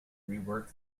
rework